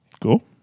Cool